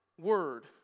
Word